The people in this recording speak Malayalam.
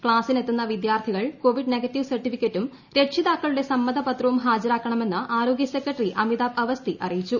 ക്ലാസ്സിനെത്തുന്ന വിദ്യാർഥികൾ കോവിഡ് നെഗറ്റീവ് സർട്ടിഫിക്കറ്റും രക്ഷിതാക്കളുടെ സമ്മതപത്രവും ഹാജരാക്കണമെന്ന് ആരോഗ്യ സെക്രട്ടറി അമിതാഭ് അവസ്തി അറിയിച്ചു